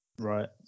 Right